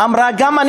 אמרה: גם,